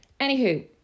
Anywho